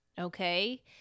Okay